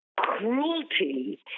cruelty